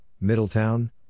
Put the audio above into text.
Middletown